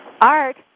Art